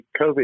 COVID